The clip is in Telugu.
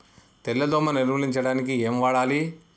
తెల్ల దోమ నిర్ములించడానికి ఏం వాడాలి?